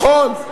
נכון.